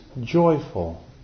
joyful